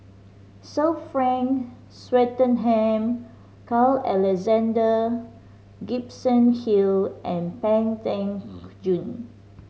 Sir Frank Swettenham Carl Alexander Gibson Hill and Pang Teck Joon